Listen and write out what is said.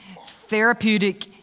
therapeutic